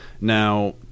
Now